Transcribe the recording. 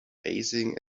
raising